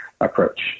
approach